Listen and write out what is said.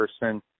person